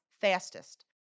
fastest